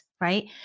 Right